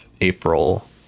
April